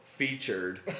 featured